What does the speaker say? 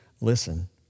listen